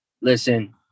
listen